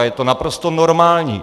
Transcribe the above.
Je to naprosto normální.